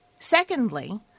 Secondly